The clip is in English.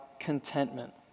contentment